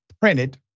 printed